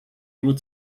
nur